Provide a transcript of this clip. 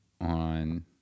on